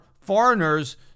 foreigners